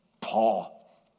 Paul